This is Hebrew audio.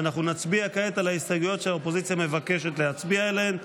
ואנחנו נצביע כעת על ההסתייגויות שהאופוזיציה מבקשת להצביע עליהן.